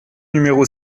numéro